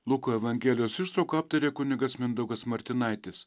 luko evangelijos ištrauką aptarė kunigas mindaugas martinaitis